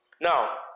Now